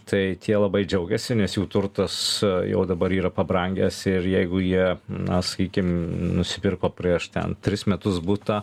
tai tie labai džiaugiasi nes jų turtas jau dabar yra pabrangęs ir jeigu jie na sakykim nusipirko prieš ten tris metus butą